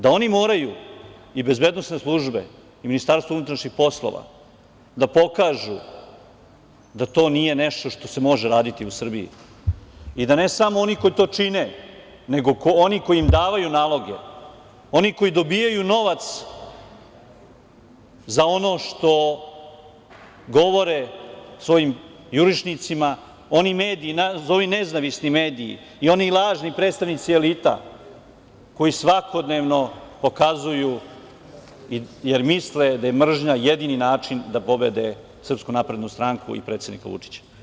Da oni moraju i bezbednosne službe i Ministarstvo unutrašnjih poslova da pokažu da to nije nešto što se može raditi u Srbiji, i da ne samo oni koji to čine, nego oni koji im daju naloge, oni koji dobijaju novac za ono što govore svojim jurišnicima, oni mediji, nazovi nezavisni mediji, i oni lažni predstavnici elita koji svakodnevno pokazuju, jer misle da je mržnja jedini način da pobede SNS i predsednika Vučića.